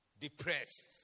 Depressed